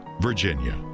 Virginia